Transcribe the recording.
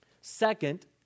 Second